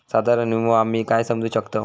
साधारण विमो आम्ही काय समजू शकतव?